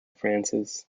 frances